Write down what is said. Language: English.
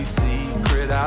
secret